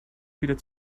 wieder